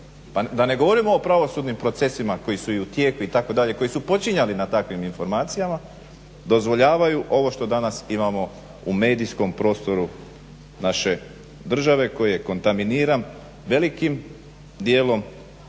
da ne govorim o pravosudnim procesima koji su u tijeku itd. koji su počinjali na takvim informacijama dozvoljavaju ovo što danas imamo u medijskom prostoru naše države koja je kontaminiran velikim dijelom